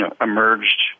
emerged